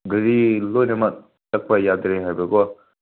ꯒꯥꯔꯤ ꯂꯣꯏꯅꯃꯛ ꯆꯠꯄ ꯌꯥꯗ꯭ꯔꯦ ꯍꯥꯏꯕ ꯀꯣ